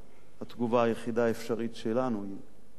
התגובה היחידה האפשרית שלנו היא לפסול